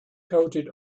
coated